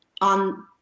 on